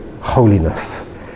holiness